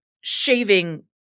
shaving